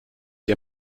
der